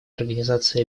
организации